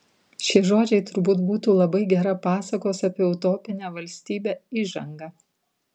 šie žodžiai turbūt būtų labai gera pasakos apie utopinę valstybę įžanga